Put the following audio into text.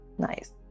Nice